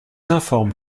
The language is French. informe